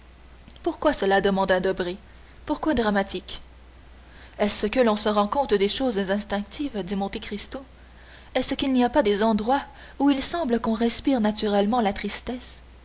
pourquoi cela demanda debray pourquoi dramatique est-ce que l'on se rend compte des choses instinctives dit monte cristo est-ce qu'il n'y a pas des endroits où il semble qu'on respire naturellement la tristesse